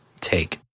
take